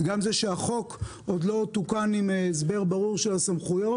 וגם על זה שהחוק עוד לא תוקן עם הסבר ברור של מה הן הסמכויות.